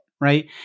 right